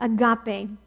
Agape